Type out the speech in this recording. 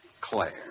Claire